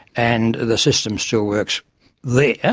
and the system still works there.